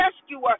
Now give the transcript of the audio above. rescuer